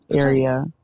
area